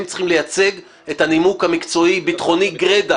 הם צריכים לייצג את הנימוק המקצועי-ביטחוני גרידא.